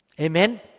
Amen